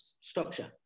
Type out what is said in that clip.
structure